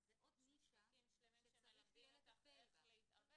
שזו עוד נישה שצריך יהיה לטפל בה.